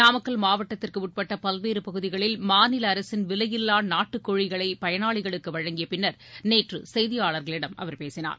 நாமக்கல் மாவட்டத்திற்கு உட்பட்ட பல்வேறு பகுதிகளில் மாநில அரசின் விலையில்லா நாட்டுக் கோழிகளை பயனாளிகளுக்கு வழங்கிய பின்னர் நேற்று செய்தியாளர்களிடம் அவர் பேசினார்